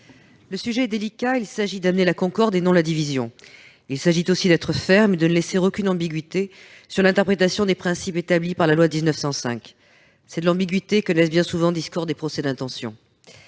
Le sujet est délicat : il s'agit d'amener la concorde et non la division. Il s'agit aussi d'être ferme et de ne laisser aucune ambiguïté sur l'interprétation des principes établis par la loi de 1905. C'est de l'ambiguïté que naissent bien souvent discorde et procès d'intention.